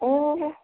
ꯑꯣ